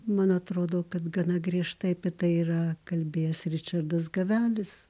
man atrodo kad gana griežtai apie tai yra kalbėjęs ričardas gavelis